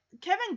Kevin